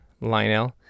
Lionel